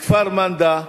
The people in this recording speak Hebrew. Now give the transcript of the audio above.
בכפר-מנדא,